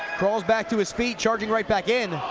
crawls back to his feet charging right back in